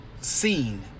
seen